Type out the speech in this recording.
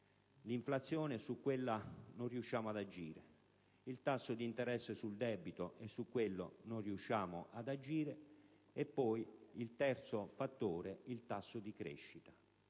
l'inflazione, sulla quale non riusciamo ad agire; il tasso d'interesse sul debito, su cui non riusciamo ad agire; infine, il terzo fattore, il tasso di crescita.